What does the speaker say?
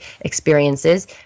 experiences